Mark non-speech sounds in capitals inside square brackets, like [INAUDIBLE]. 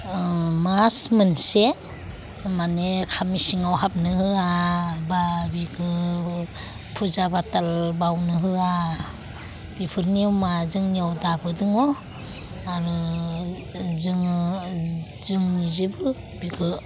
मास मोनसे माने [UNINTELLIGIBLE] सिङाव हाबनो होआ बा बेखौ फुजा बाथाल बावनो होआ बेफोर नियमा जोंनियाव दाबो दङ आरो जोङो जोंनि जेबो बेखौ